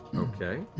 okay.